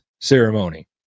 ceremony